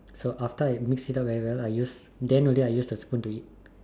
so after I mix it up very well then ready I use the spoon to eat